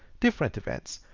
different events.